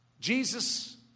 Jesus